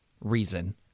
reason